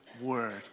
Word